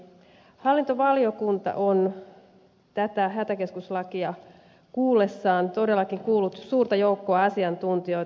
hallintovaliokunta on tätä hätäkeskuslakia valmistellessaan todellakin kuullut suurta joukkoa asiantuntijoita